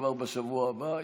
כבר בשבוע הבא,